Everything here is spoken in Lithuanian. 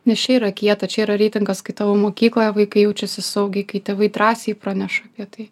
nes čia yra kieta čia yra reitingas kai tavo mokykloje vaikai jaučiasi saugiai kai tėvai drąsiai praneša apie tai